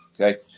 Okay